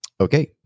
okay